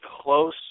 close